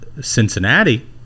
Cincinnati